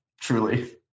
Truly